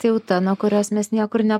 tai jau ta nuo kurios mes niekur ne